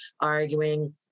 arguing